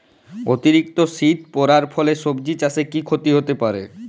অতিরিক্ত শীত পরার ফলে সবজি চাষে কি ক্ষতি হতে পারে?